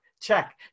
check